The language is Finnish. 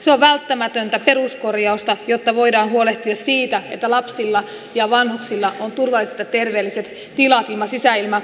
se on välttämätöntä peruskorjausta jotta voidaan huolehtia siitä että lapsilla ja vanhuksilla on turvalliset ja terveelliset tilat ilman sisätilaongelmia